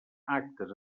actes